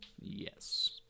Yes